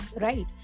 right